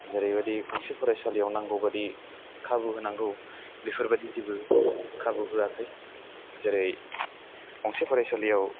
जेरैबादि गंसे फरायसालियाव नांगौ बादि खाबु होनांगौ बेफोबादि जेबो खाबु होआखै जेरै गंसे फरासालियाव